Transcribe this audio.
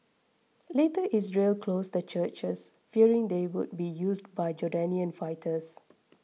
later Israel closed the churches fearing they would be used by Jordanian fighters